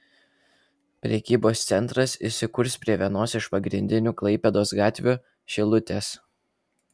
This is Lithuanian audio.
prekybos centras įsikurs prie vienos iš pagrindinių klaipėdos gatvių šilutės